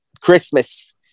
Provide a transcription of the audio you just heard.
christmas